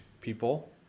people